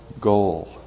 goal